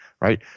right